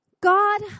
God